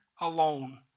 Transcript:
alone